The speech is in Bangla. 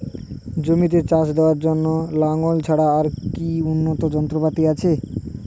জমিতে চাষ দেওয়ার জন্য লাঙ্গল ছাড়া আর কি উন্নত যন্ত্রপাতি আছে?